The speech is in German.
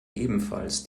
ebenfalls